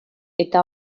eta